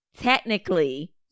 technically